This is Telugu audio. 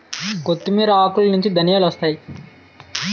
కొత్తిమీర ఆకులనుంచి ధనియాలొత్తాయి